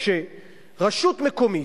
מהדרך הזאת,